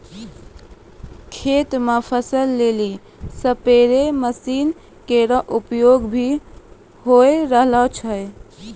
खेत म फसल लेलि स्पेरे मसीन केरो उपयोग भी होय रहलो छै